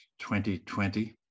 2020